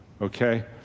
okay